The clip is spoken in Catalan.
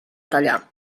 tallar